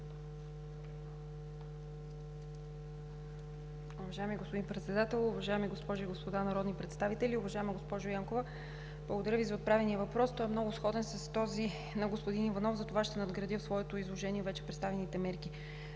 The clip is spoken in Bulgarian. благодаря Ви за отправения въпрос. Той е много сходен с този на господин Иванов, затова в своето изложение ще надградя вече представените мерки.